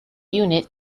unit